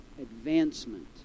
advancement